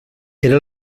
era